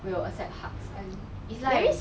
will accept hugs I don't know it's like